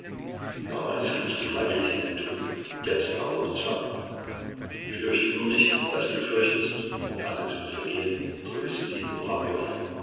damals gingst du freiwillig in den tod jetzt aber unter zwang fürchte nur nicht daß du fürchtest und alles wird vergehen tröstete ihn